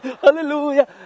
Hallelujah